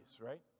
right